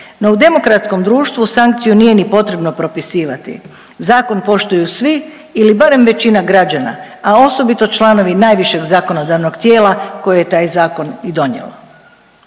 no u demokratskom društvu sankciju nije ni potrebno propisivati, zakon poštuju svi ili barem većina građana, a osobito članovi najvišeg zakonodavnog tijela koje je taj zakon i donijelo.